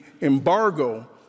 embargo